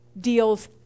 deals